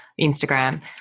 instagram